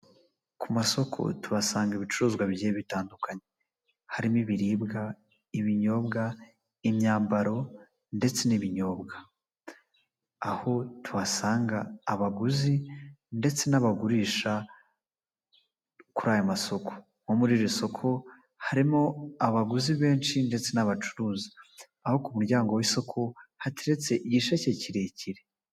Ku masoko tuhasanga ibicuruzwa bigiye bitandukanye. Harimo ibiribwa, ibinyobwa, imyambaro ndetse n'ibinyobwa. Aho tuhasanga abaguzi ndetse n'abagurisha kuri aya masoko, nko muri iri soko harimo abaguzi benshi ndetse n'abacuruza, aho ku muryango w'isoko hateretse igisheke kirekire.